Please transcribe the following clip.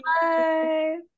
Bye